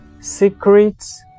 secrets